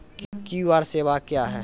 QR सेवा क्या हैं?